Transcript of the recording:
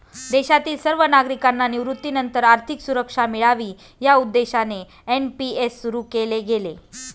देशातील सर्व नागरिकांना निवृत्तीनंतर आर्थिक सुरक्षा मिळावी या उद्देशाने एन.पी.एस सुरु केले गेले